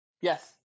Yes